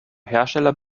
hersteller